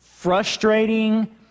frustrating